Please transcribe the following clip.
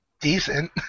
decent